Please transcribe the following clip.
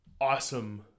awesome